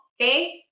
okay